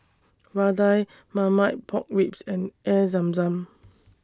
Vadai Marmite Pork Ribs and Air Zam Zam